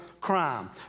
crime